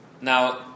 Now